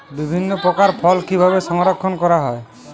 বিভিন্ন প্রকার ফল কিভাবে সংরক্ষণ করা হয়?